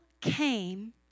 came